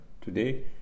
today